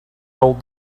told